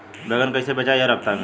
बैगन कईसे बेचाई हर हफ्ता में?